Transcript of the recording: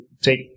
take